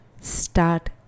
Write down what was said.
start